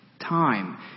Time